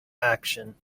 action